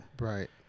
Right